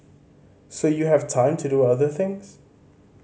so you have time to do other things